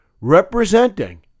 representing